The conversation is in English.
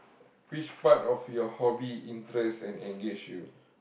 which part of your hobby interest and engage you